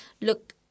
look